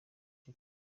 cya